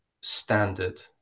standard